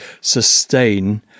sustain